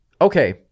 Okay